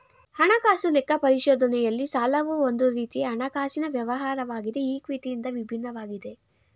ಹಣಕಾಸು ಲೆಕ್ಕ ಪರಿಶೋಧನೆಯಲ್ಲಿ ಸಾಲವು ಒಂದು ರೀತಿಯ ಹಣಕಾಸಿನ ವ್ಯವಹಾರವಾಗಿದೆ ಈ ಕ್ವಿಟಿ ಇಂದ ವಿಭಿನ್ನವಾಗಿದೆ